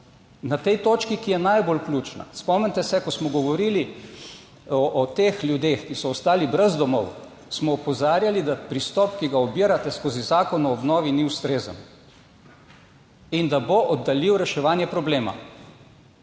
Na tej točki, ki je najbolj ključna. Spomnite se, ko smo govorili o teh ljudeh, ki so ostali brez domov, smo opozarjali, da pristop, ki ga obirate skozi Zakon o obnovi, ni ustrezen in da bo oddaljil reševanje problema